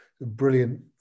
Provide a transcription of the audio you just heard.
brilliant